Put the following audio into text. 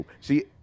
See